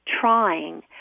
trying